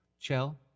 Chell